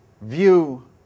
view